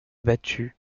battue